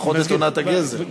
פחות את עונת הגזר.